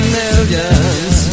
millions